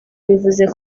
bivuze